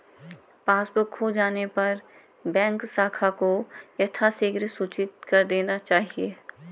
passbook खो जाने पर बैंक शाखा को यथाशीघ्र सूचित कर देना चाहिए